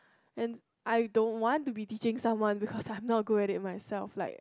and I don't want to be teaching someone because I'm not good at it myself like